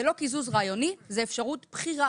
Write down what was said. זה לא קיזוז רעיוני אלא זאת אפשרות בחירה.